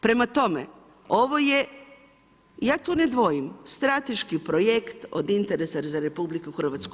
Prema tome, ovo je, ja tu ne dvojim, strateški projekt od interesa za RH.